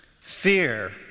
Fear